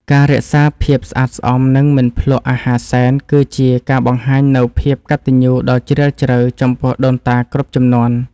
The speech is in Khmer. ការរក្សាភាពស្អាតស្អំ និងមិនភ្លក្សអាហារសែន គឺជាការបង្ហាញនូវភាពកតញ្ញូដ៏ជ្រាលជ្រៅចំពោះដូនតាគ្រប់ជំនាន់។